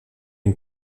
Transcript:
une